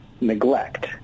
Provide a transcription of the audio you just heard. neglect